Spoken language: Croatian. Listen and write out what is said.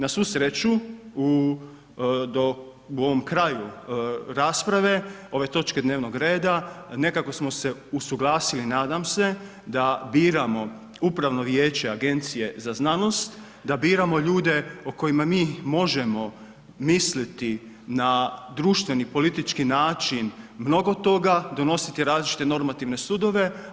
Na svu sreću u ovom kraju rasprave ove točke dnevnoga reda nekako smo se usuglasili nadam se da biramo upravno vijeće Agencije za znanost, da biramo ljude o kojima mi možemo mislili na društveni, politički način mnogo toga, donositi različite normativne sudove.